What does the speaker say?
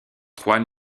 trois